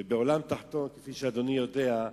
ובעולם תחתון, כפי שאדוני יודע,